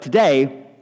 Today